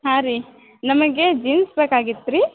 ಹಾಂ ರೀ ನಮಗೆ ಜೀನ್ಸ್ ಬೇಕಾಗಿತ್ತು ರೀ